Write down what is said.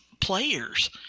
players